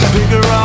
Bigger